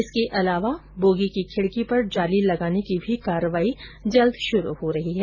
इसके अलावा बोगी की खिडकी पर जाली लगाने की भी कार्रवाई जल्द शुरू हो रही है